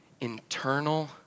internal